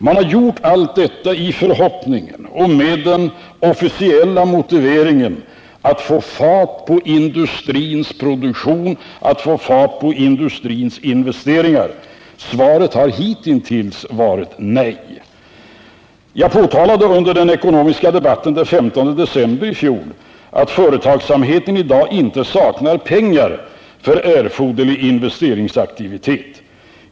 Man har gjort allt detta i förhoppningen och med den officiella motiveringen att få fart på industrins produktion, att få fart på industrins investeringar. Svaret har hitintills varit nej. Under den ekonomiska debatten den 15 december i fjol påtalade jag att företagsamheten i dag inte saknar pengar för erforderlig investeringsaktivitet.